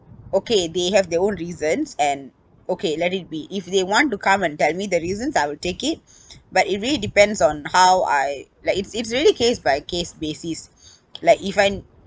okay they have their own reasons and okay let it be if they want to come and tell me the reasons I would take it but it really depends on how I like it's it's really case by case basis like if I